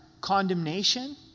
condemnation